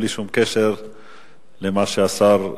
בלי שום קשר למה שהשר,